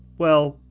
well,